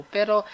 Pero